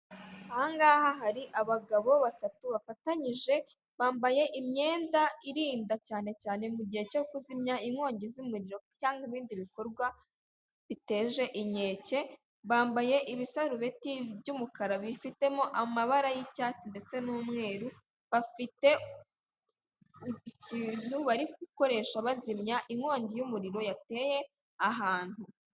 Aha ngaha hari abagabo batatu bafatanyije, bambaye imyenda irinda cyane cyane mu gihe cyo kuzimya inkongi z'umuriro cyangwa ibindi bikorwa biteje inkeke. Bambaye ibibsarubeti by'umukara bifitiemo amabara y'icyatsi ndetse n'umweru, bafite ikintu bari gukoresha bazimya inkongi y'umuriro yateye ahantu.